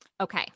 Okay